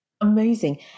Amazing